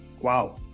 wow